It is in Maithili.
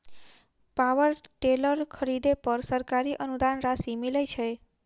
पावर टेलर खरीदे पर सरकारी अनुदान राशि मिलय छैय?